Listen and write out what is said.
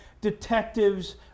detectives